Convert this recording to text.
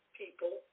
people